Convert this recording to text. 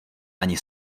ani